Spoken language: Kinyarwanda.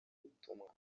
butumwa